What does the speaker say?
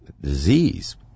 disease